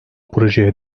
projeye